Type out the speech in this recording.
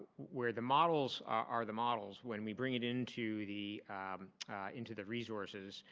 where the models are the models, when we bring it into the um into the resources,